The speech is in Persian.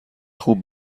خوب